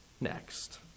next